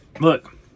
look